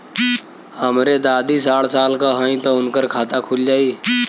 हमरे दादी साढ़ साल क हइ त उनकर खाता खुल जाई?